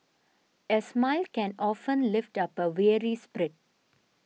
a smile can often lift up a weary spirit